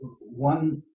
one